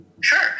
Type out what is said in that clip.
Sure